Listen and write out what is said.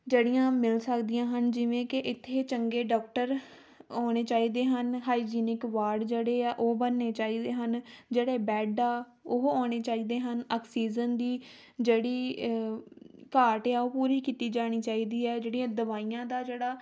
ਜਿਹੜੀਆਂ ਮਿਲ ਸਕਦੀਆਂ ਹਨ ਜਿਵੇਂ ਕਿ ਇੱਥੇ ਚੰਗੇ ਡੋਕਟਰ ਆਉਣੇ ਚਾਹੀਦੇ ਹਨ ਹਾਈਜੀਨਿਕ ਵਾਰਡ ਜਿਹੜੇ ਆ ਉਹ ਬਣਨੇ ਚਾਹੀਦੇ ਹਨ ਜਿਹੜੇ ਬੈਡ ਆ ਉਹ ਆਉਣੇ ਚਾਹੀਦੇ ਹਨ ਆਕਸੀਜਨ ਦੀ ਜਿਹੜੀ ਘਾਟ ਆ ਉਹ ਪੂਰੀ ਕੀਤੀ ਜਾਣੀ ਚਾਹੀਦੀ ਹੈ ਜਿਹੜੀਆਂ ਦਵਾਈਆਂ ਦਾ ਜਿਹੜਾ